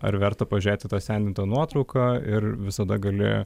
ar verta pažiūrėti tą sendintą nuotrauką ir visada gali